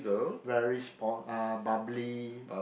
very spon~ uh bubbly